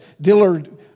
Dillard